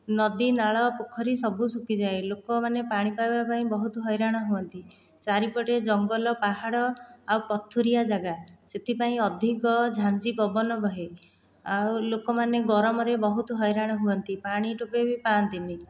ନଦୀ ନାଳ ପୋଖରୀ ସବୁ ଶୁଖିଯାଏ ଲୋକମାନେ ପାଣି ପାଇବା ପାଇଁ ବହୁତ ହଇରାଣ ହୁଅନ୍ତି ଚାରିପଟେ ଜଙ୍ଗଲ ପାହାଡ଼ ଆଉ ପଥୁରିଆ ଯାଗା ସେଥିପାଇଁ ଅଧିକ ଝାଞ୍ଜି ପବନ ବହେ ଆଉ ଲୋକମାନେ ଗରମରେ ବହୁତ ହଇରାଣ ହୁଅନ୍ତି ପାଣି ଠୋପା ବି ପଆନ୍ତିନି